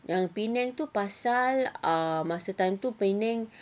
yang penang tu pasal masa time tu penang